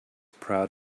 proud